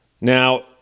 Now